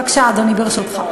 בבקשה, אדוני, ברשותך.